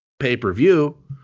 pay-per-view